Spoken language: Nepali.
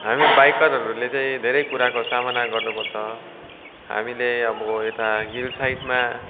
हामी बाइकरहरूले चैँ धेरै कुराको सामना गर्नु पर्छ हामीले अब यता हिल साइडमा